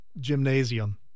gymnasium